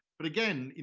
but again, you